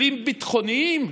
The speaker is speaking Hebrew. כלים ביטחוניים